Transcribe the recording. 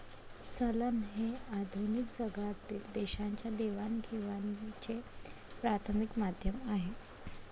चलन हे आधुनिक जगातील देशांच्या देवाणघेवाणीचे प्राथमिक माध्यम आहे